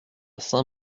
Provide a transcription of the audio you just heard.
saint